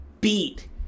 beat